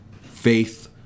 faith